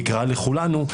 יקרה לכולנו,